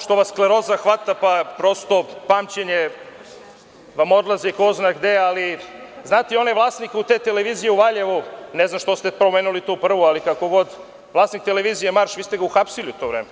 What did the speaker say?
Šteta što vas skleroza hvata, pa prosto pamćenje vam odlazi ko zna gde, ali znate vlasniku te televizije u Valjevu, ne znam što ste pomenuli tu prvu, ali kako god, vlasnika televizije „Marš“ ste uhapsili u to vreme,